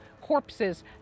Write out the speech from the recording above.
corpses